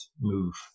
move